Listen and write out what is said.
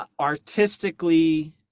artistically